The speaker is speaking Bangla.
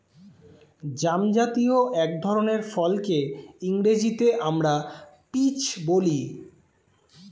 জামজাতীয় এক ধরনের ফলকে ইংরেজিতে আমরা পিচ বলি